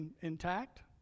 intact